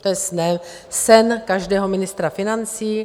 To je sen každého ministra financí.